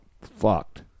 fucked